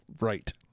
Right